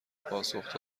پاسخ